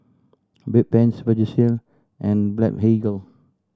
Bedpans Vagisil and Blephagel